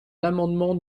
l’amendement